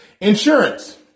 Insurance